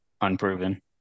unproven